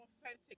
authentic